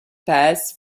pass